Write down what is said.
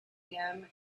him